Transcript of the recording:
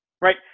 right